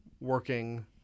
working